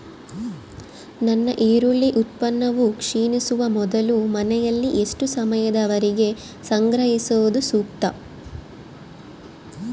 ನನ್ನ ಈರುಳ್ಳಿ ಉತ್ಪನ್ನವು ಕ್ಷೇಣಿಸುವ ಮೊದಲು ಮನೆಯಲ್ಲಿ ಎಷ್ಟು ಸಮಯದವರೆಗೆ ಸಂಗ್ರಹಿಸುವುದು ಸೂಕ್ತ?